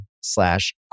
slash